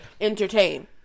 entertain